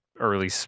early